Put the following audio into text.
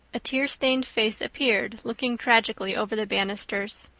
a tear-stained face appeared, looking tragically over the banisters.